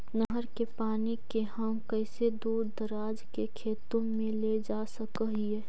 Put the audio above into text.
नहर के पानी के हम कैसे दुर दराज के खेतों में ले जा सक हिय?